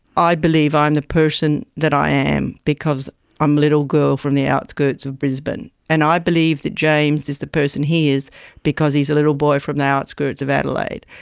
i believe i'm the person that i am because i'm a little girl from the outskirts of brisbane. and i believe that james is the person he is because he's a little boy from the outskirts of adelaide.